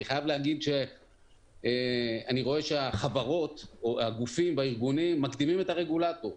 אני חייב להגיד שאני רואה שהגופים והארגונים מקדימים את הרגולטור,